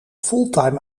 fulltime